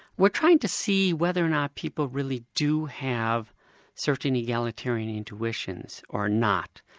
we're trying to see whether or not people really do have certain egalitarian intuitions or not.